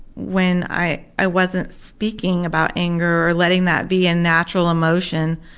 when i i wasn't speaking about anger or letting that be a natural emotion.